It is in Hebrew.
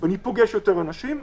אני פוגש יותר אנשים,